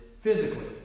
physically